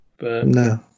No